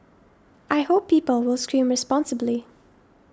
I hope people will scream responsibly